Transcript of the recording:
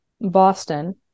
Boston